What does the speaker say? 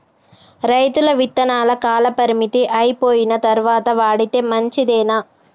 రైతులు విత్తనాల కాలపరిమితి అయిపోయిన తరువాత వాడితే మంచిదేనా?